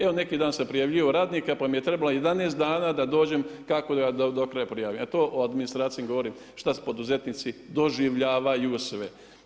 Evo neki dan sam prijavljivao radnika, pa mi je trebalo 11 dana da dođem kako da ga do kraja prijavim, a to o administraciji govori šta poduzetnici doživljavaju sve.